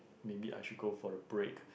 maybe I should go for a break